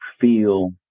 feel